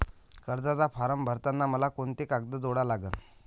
कर्जाचा फारम भरताना मले कोंते कागद जोडा लागन?